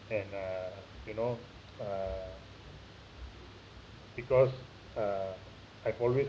and uh you know uh because uh I've always